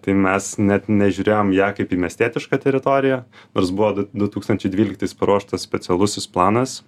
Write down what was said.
tai mes net nežiūrėjom į ją kaip į miestietišką teritoriją nors buvo du du tūkstančiai dvyliktais paruoštas specialusis planas